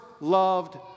loved